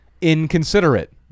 inconsiderate